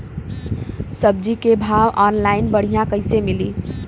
सब्जी के भाव ऑनलाइन बढ़ियां कइसे मिली?